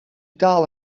dal